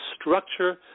structure